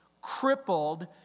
crippled